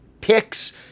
picks